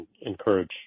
encourage